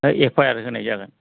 F I R होनाय जागोन